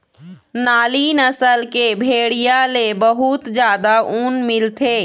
नाली नसल के भेड़िया ले बहुत जादा ऊन मिलथे